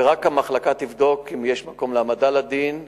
ורק המחלקה תבדוק אם יש מקום להעמדה לדין פלילי,